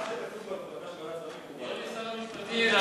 מה שכתוב בהחלטה של ועדת השרים מקובל עלי.